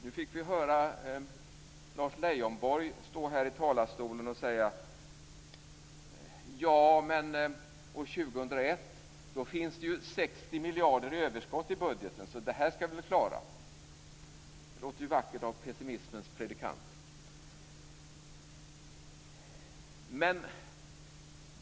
Nyss fick vi höra Lars Leijonborg stå i talarstolen och säga: Ja, men år 2001 finns det 60 miljarder i överskott i budgeten, så det skall vi väl klara. Det låter ju vackert av pessimismens predikant.